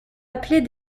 appelés